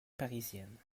parisiennes